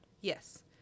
Yes